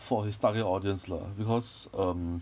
for his target audience lah because um